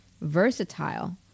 versatile